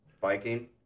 biking